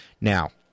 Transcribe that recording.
now